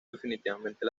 definitivamente